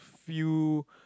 few